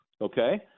okay